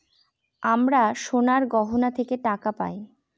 আমরা সোনার গহনা থেকে টাকা পায়